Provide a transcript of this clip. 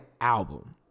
album